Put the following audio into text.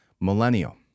Millennial